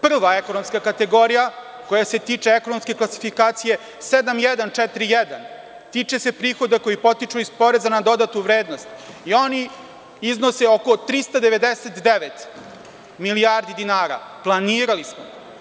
Prva ekonomska kategorija, koja se tiče ekonomske klasifikacije, 7141 tiče se prihoda koji potiču iz poreza na dodatu vrednost i oni iznose oko 399 milijardi dinara, planirali smo.